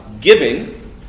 giving